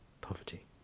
Poverty